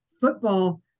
football